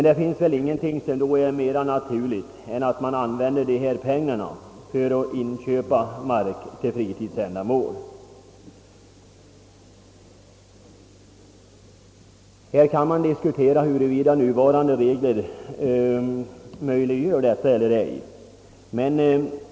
Det finns väl ingenting som då är mera naturligt än att man använder fondens pengar för inköp av mark till fritidsändamål. Det kan diskuteras huruvida nuvarande regler möjliggör detta eller inte.